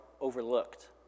overlooked